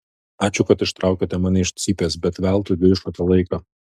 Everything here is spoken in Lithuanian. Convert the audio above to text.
ačiū kad ištraukėte mane iš cypės bet veltui gaišote laiką